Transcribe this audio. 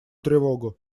тревогу